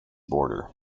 border